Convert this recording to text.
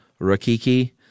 Rakiki